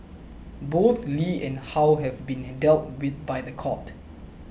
both Lee and How have been dealt with by the court